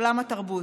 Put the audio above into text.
עולם התרבות.